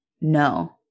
No